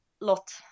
lot